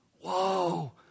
Whoa